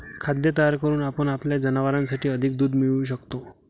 खाद्य तयार करून आपण आपल्या जनावरांसाठी अधिक दूध मिळवू शकतो